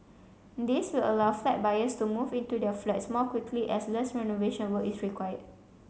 this will allow flat buyers to move into their flats more quickly as less renovation work is required